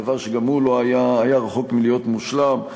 דבר שגם הוא היה רחוק מלהיות מושלם.